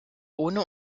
ohne